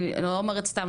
אני לא אומרת סתם,